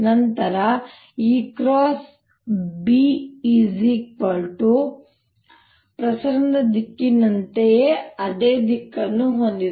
ನಂತರ E B ಪ್ರಸರಣದ ದಿಕ್ಕಿನಂತೆಯೇ ಅದೇ ದಿಕ್ಕನ್ನು ಹೊಂದಿದೆ